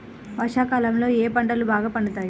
వర్షాకాలంలో ఏ పంటలు బాగా పండుతాయి?